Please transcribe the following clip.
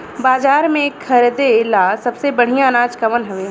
बाजार में खरदे ला सबसे बढ़ियां अनाज कवन हवे?